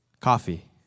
Coffee